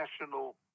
National